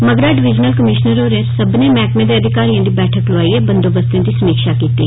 मगरा divisional commissioner होरें सब्बने मैहकमें दे अधिकारियें दी बैठक लोआइयै बंदोबस्तें दी समीक्षा कीत्ती